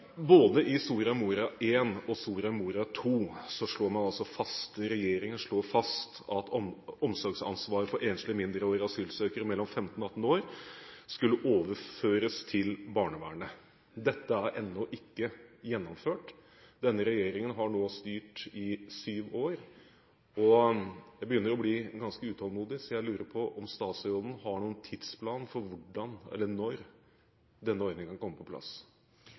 Både i Soria Moria I og i Soria Moria II slår regjeringen fast at omsorgsansvar for enslige mindreårige asylsøkere mellom 15 og 18 år skal overføres til barnevernet. Dette er ennå ikke gjennomført. Denne regjeringen har nå styrt i syv år. Jeg begynner å bli ganske utålmodig, og jeg lurer på om statsråden har noen tidsplan for når denne ordningen kommer på plass.